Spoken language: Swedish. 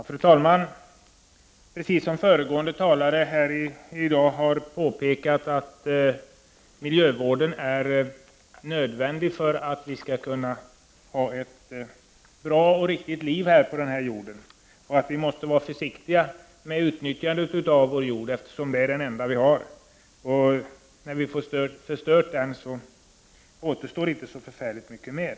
Fru talman! Även föregående talare här i dag har påpekat att miljövården är nödvändig för att vi skall kunna ha ett bra liv här på jorden. Vi måste vara försiktiga med utnyttjandet av vår jord, eftersom det är den enda vi har. När vi har förstört den återstår inte så mycket mer.